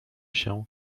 się